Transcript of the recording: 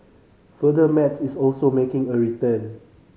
further Maths is also making a return